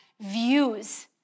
views